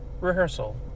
rehearsal